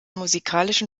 musikalischen